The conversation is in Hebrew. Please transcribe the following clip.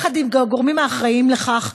יחד עם הגורמים האחראים לכך,